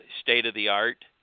state-of-the-art